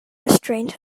restrained